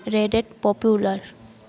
Reddit popular